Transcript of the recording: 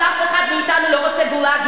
אבל אף אחד מאתנו לא רוצה גולאגים.